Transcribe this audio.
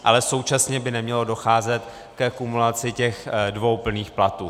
Ale současně by nemělo docházet ke kumulaci dvou plných platů.